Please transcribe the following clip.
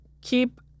keep